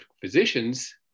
physicians